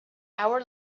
hour